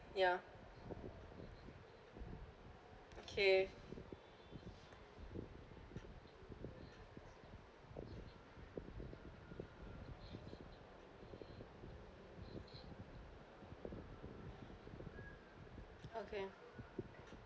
ya okay okay